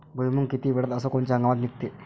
भुईमुंग किती वेळात अस कोनच्या हंगामात निगते?